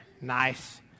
nice